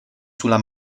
sulla